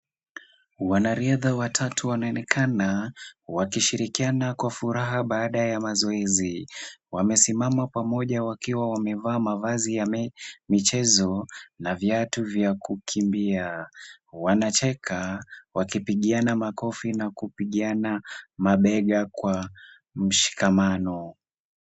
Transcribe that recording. Wanariadha watatu wanaonekana wakishirikiana kwa furaha baada ya mazoezi. Wamesimama pamoja wakiwa wamevaa mavazi ya michezo na viatu vya kukimbia. Wanacheka wakipigiana makofi na kupigiana mabega kwa mshikamano.